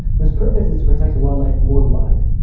whose purpose is to protect wildlife worldwide.